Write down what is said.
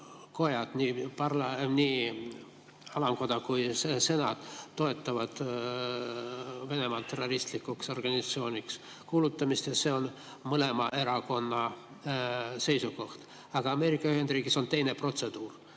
kojad, nii alamkoda kui ka senat, toetavad Venemaa terroristlikuks organisatsiooniks kuulutamist ja see on mõlema erakonna seisukoht. Aga Ameerika Ühendriikides on teine protseduur,